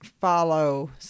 follow